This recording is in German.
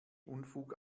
unfug